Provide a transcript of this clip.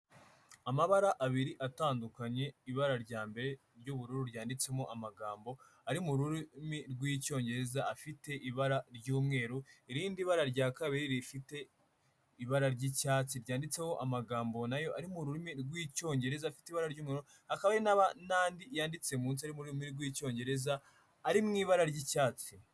Amabara abiri atandukanye, ibara rya mbere ry'ubururu ryanditsemo amagambo ari mu rurimi rw'icyongereza afite ibara ry'umweru, irindi bara rya kabiri rifite ibara ry'icyatsi ryanditseho amagambo na yo ari mu rurimi rw'icyongereza, afite ibara ry'ubururu, akaba n'andi yanditse munsi ari mu rurimi rw'icyongereza ari mu ibara ry'icyatsi.